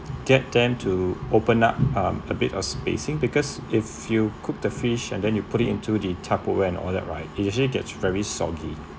get them to open up um a bit of spacing because if you cook the fish and then you put it into the tupperware and all that right it usually gets very soggy